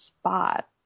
spot